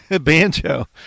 banjo